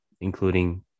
including